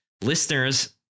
Listeners